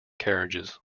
carriages